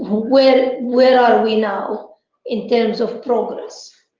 where where are we now in terms of progress.